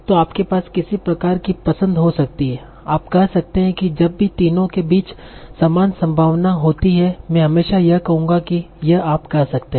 तो आपके पास किसी प्रकार की पसंद हो सकती है आप कह सकते हैं कि जब भी तीनों के बीच समान संभावना होती है मैं हमेशा यह कहूंगा कि यह आप कह सकते हैं